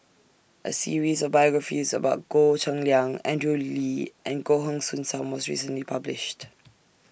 A series of biographies about Goh Cheng Liang Andrew Lee and Goh Heng Soon SAM was recently published